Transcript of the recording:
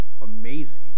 amazing